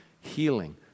Healing